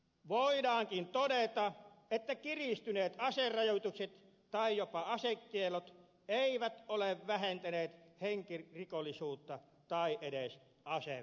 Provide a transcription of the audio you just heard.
voidaankin todeta että kiristyneet aserajoitukset tai jopa asekiellot eivät ole vähentäneet henkirikollisuutta tai edes aseväkivaltaa